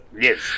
Yes